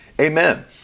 Amen